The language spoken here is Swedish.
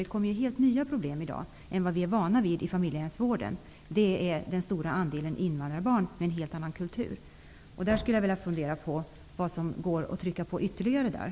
Det finns i dag helt nya problem jämfört med vad vi är vana vid i familjehemsvården. Det finns en stor andel invandrarbarn med en helt annan kultur. Där måste man fundera på vad som ytterligare behöver göras.